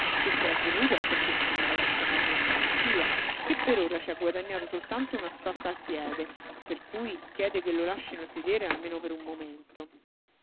che se è venuto è perché sono andati a chiamarlo in farmacia che per ora ci ha guadagnato soltanto una storta al piede per cui chiede che lo lascino sedere almeno per un momento